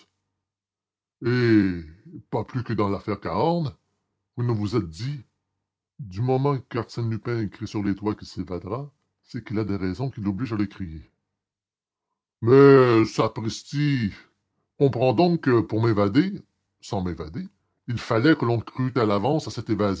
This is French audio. pas plus que dans l'affaire cahorn vous ne vous êtes dit du moment qu'arsène lupin crie sur les toits qu'il s'évadera c'est qu'il a des raisons qui l'obligent à le crier mais sapristi comprenez donc que pour m'évader sans m'évader il fallait que l'on crût d'avance à cette